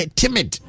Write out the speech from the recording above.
timid